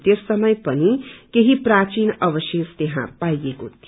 त्यस समय पनि केही प्राचिन अवशेष त्यहाँ पाईएको थियो